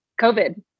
COVID